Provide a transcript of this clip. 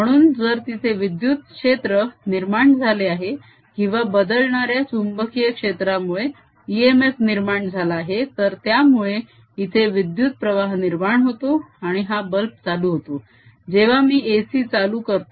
म्हणून जर तिथे विद्युत क्षेत्र निर्माण झाले आहे किंवा बदलणाऱ्या चुंबकीय क्षेत्रामुळे इएमएफ निर्माण झाला आहे तर त्यामुळे इथे विद्युत प्रवाह निर्माण होतो आणि हा बल्ब चालू होतो जेव्हा मी AC चालू करतो